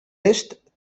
est